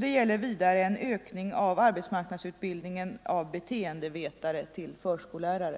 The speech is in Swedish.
Det gäller vidare en ökning av arbetsmarknadsutbildningen av beteendevetare till förskollärare.